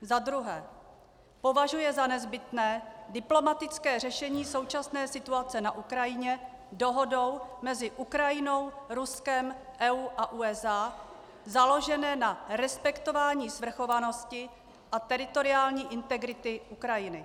2. považuje za nezbytné diplomatické řešení současné situace na Ukrajině dohodou mezi Ukrajinou, Ruskem, EU a USA založené na respektování svrchovanosti a teritoriální integrity Ukrajiny,